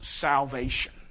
salvation